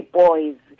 boys